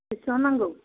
बिसिबां नांगौ